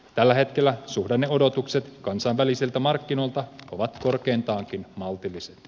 tällä hetkellä suhdanneodotukset kansainvälisiltä markkinoilta ovat korkeintaankin maltilliset